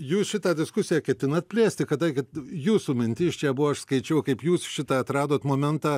jūs šitą diskusiją ketinat plėsti kadangi jūsų mintis čia buvo aš skaičiau kaip jūs šitą atradot momentą